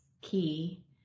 key